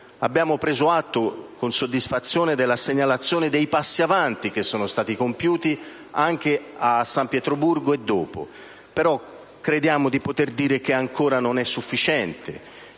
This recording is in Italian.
Abbiamo preso atto con soddisfazione della segnalazione e dei passi avanti che sono stati compiuti anche a San Pietroburgo e dopo, però crediamo di poter dire che ancora non è sufficiente.